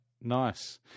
Nice